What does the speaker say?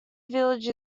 village